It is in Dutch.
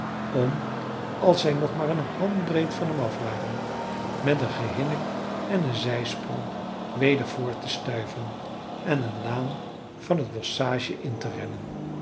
om als zij nog maar een handbreed van hem af waren met een gehinnik en een zijsprong weder voort te stuiven en eene laan van het bosschage in te rennen